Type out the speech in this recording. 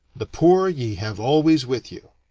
the poor ye have always with you,